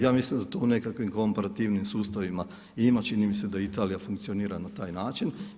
Ja mislim da to u nekakvim komparativnim sustavima i ima, čini mi se da Italija funkcionira na taj način.